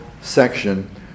section